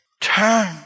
turn